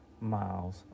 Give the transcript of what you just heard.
miles